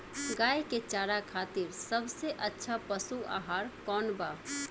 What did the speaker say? गाय के चारा खातिर सबसे अच्छा पशु आहार कौन बा?